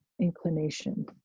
inclination